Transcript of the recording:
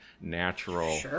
natural